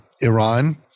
Iran